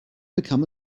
become